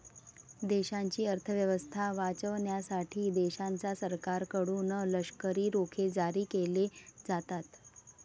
देशाची अर्थ व्यवस्था वाचवण्यासाठी देशाच्या सरकारकडून लष्करी रोखे जारी केले जातात